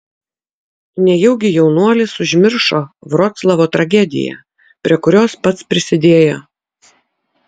nejaugi jaunuolis užmiršo vroclavo tragediją prie kurios pats prisidėjo